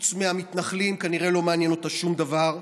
חוץ מהמתנחלים כנראה לא מעניין אותה שום דבר.